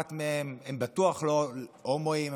הם בטוח לא הומואים, הם בטוח לא לסביות.